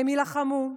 הם יילחמו,